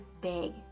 big